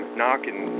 knocking